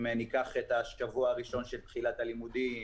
אם ניקח את השבוע הראשון של תחילת הלימודים